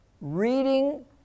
reading